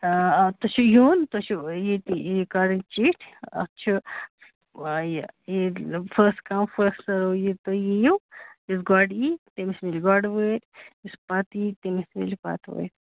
تُہۍ چھِو یُن تۄہہِ چھُ ییٚتہِ یہِ کَڑٕنۍ چِٹھۍ اَتھ چھُ یہِ فٔسٹ کَم فٔسٹ سٔرٕو یہِ تُہۍ یِیِو یُس گۄڈٕ یی تٔمِس مِلہِ گۄڈٕ وٲرۍ یُس پَتہٕ یی تٔمِس مِلہِ پَتہٕ وٲرۍ